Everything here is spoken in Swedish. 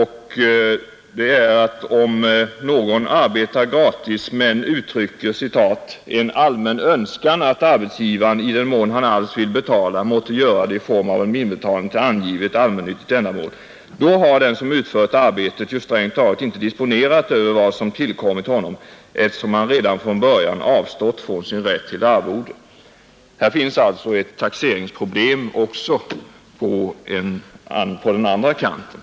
Han säger att om någon arbetar gratis men uttrycker ”en allmän önskan att arbetsgivaren, i den mån han alls vill betala, måste göra det i form av en inbetalning till angivet, allmännyttigt ändamål ——— då har den som utfört arbetet ju strängt taget inte disponerat över vad som tillkommit honom, eftersom han redan från början avstått från sin rätt till arvode”. Här finns alltså ett väsentligt kontrolloch taxeringsproblem.